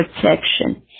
protection